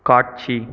காட்சி